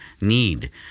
need